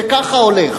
זה הולך